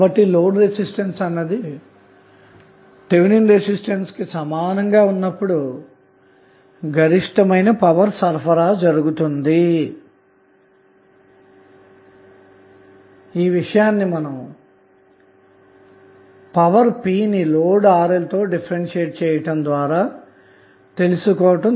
కాబట్టి load resistance అన్నది Thevenin resistance కు సమానంగా ఉన్నప్పుడు గరిష్టంగా పవర్ సరఫరా జరుగుతుంది ఈ విషయం పవర్ p ని లోడ్ RL తో డిఫరెన్షియేట్ చేయడం ద్వారా తెలుసుకున్నాము